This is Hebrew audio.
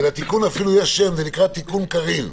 כי לתיקון אפילו יש שם, זה נקרא תיקון קארין.